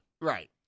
Right